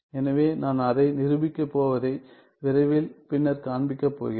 எனவே நான் அதை நிரூபிக்கப் போவதை விரைவில் பின்னர் காண்பிக்கப் போகிறேன்